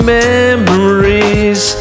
memories